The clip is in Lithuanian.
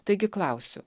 taigi klausiu